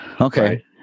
Okay